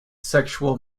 sexual